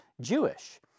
Jewish